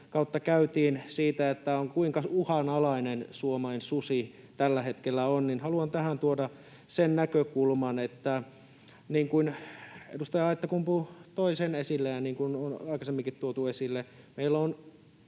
kautta käytiin siitä, kuinka uhanalainen Suomen susi tällä hetkellä on, niin haluan tähän tuoda sen näkökulman, että — niin kuin edustaja Aittakumpu toi esille ja niin kuin on aikaisemminkin tuotu esille — meillä on